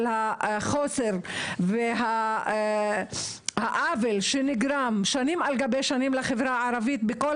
על החוסר והאבל שנגרם שנים על גבי שנים לחברה הערבית בכל